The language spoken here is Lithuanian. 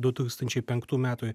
du tūkstančiai penktų metų